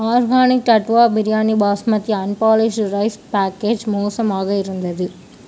organic Tattva biryani basmati unpolished rice package மோசமாக இருந்தது